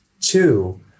Two